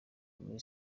muri